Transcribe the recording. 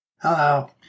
Hello